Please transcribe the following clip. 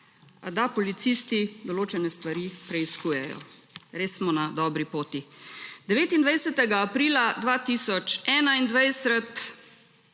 da policisti določene stvari preiskujejo. Res smo na dobri poti. 29. aprila 2021